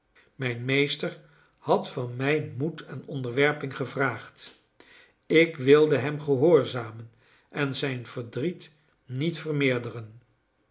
mijn meester had van mij moed en onderwerping gevraagd ik wilde hem gehoorzamen en zijn verdriet niet vermeerderen